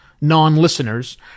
non-listeners